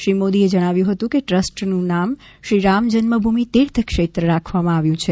શ્રી મોદીએ જણાવ્યું હતું કે ટ્રસ્ટનું નામ શ્રી રામજન્મભૂમિ તીર્થ ક્ષેત્ર રાખવામાં આવ્યું છે